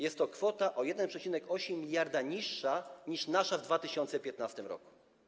Jest to kwota o 1,8 mld niższa niż nasza w 2015 r.